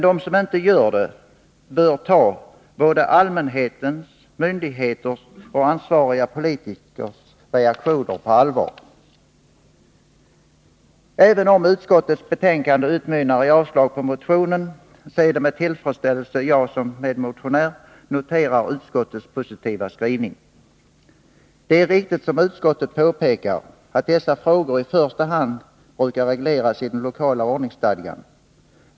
De som inte gör det bör ta allmänhetens, myndigheternas och de ansvariga politikernas reaktioner på allvar. Även om utskottets betänkande utmynnar i ett avstyrkande av motionen, är det med tillfredsställelse som jag såsom medmotionär noterar utskottets positiva skrivning. Det är riktigt som utskottet påpekar att dessa frågor i första hand brukar regleras i den lokala ordningsstadgan.